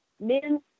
Men